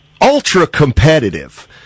ultra-competitive